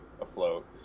afloat